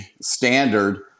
standard